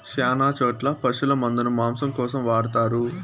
శ్యాన చోట్ల పశుల మందను మాంసం కోసం వాడతారు